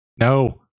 No